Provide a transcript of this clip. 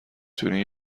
تونی